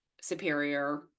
superior